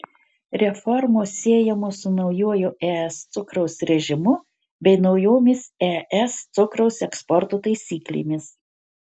reformos siejamos su naujuoju es cukraus režimu bei naujomis es cukraus eksporto taisyklėmis